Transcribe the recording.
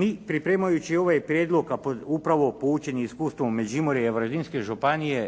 Mi pripremajući ovaj prijedlog, a upravo poučeni iskustvom Međimurja i Varaždinske županije